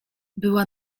była